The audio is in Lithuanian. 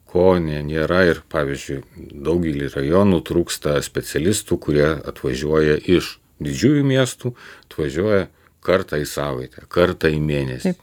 ko ne nėra ir pavyzdžiui daugelyje rajonų trūksta specialistų kurie atvažiuoja iš didžiųjų miestų atvažiuoja kartą į savaitę kartą į mėnesį